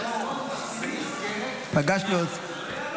פגשנו אותו.